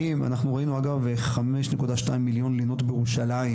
ראינו אגב חמש נקודה שתיים מיליון לינות בירושלים